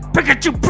Pikachu